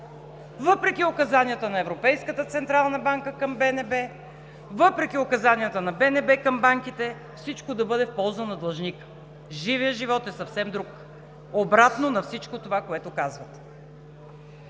въпреки указанията на Европейската централна банка към БНБ, въпреки указанията на БНБ към банките всичко да бъде в полза на длъжника. Живият живот е съвсем друг, обратно на всичко това, което казвате.